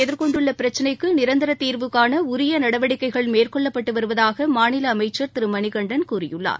எதிர்கொண்டுள்ளபிரச்சினைக்குநிரந்தரதீர்வுகாணஉரியநடவடிக்கைகள் மீனவர்கள் மேற்கொள்ளப்பட்டுவருவதாகமாநிலஅமைச்சர் திருமணிகண்டன் கூறியுள்ளார்